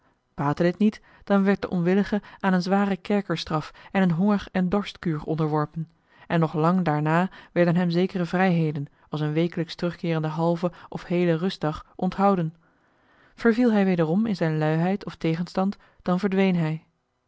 dit niet dan werd de onwillige aan een zware kerkerstraf en een honger en dorstkuur onderworpen en nog lang daarna werden hem zekere vrijheden als een wekelijks terugkeerende halve of heele rustjoh h been paddeltje de scheepsjongen van michiel de ruijter dag onthouden verviel hij wederom in zijn luiheid of tegenstand dan verdween hij